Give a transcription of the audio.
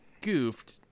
goofed